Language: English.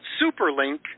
Superlink